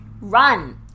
run